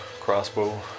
crossbow